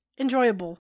enjoyable